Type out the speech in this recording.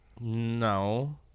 no